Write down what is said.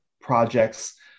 projects